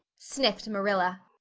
sniffed marilla.